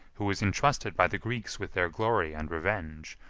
who was intrusted by the greeks with their glory and revenge,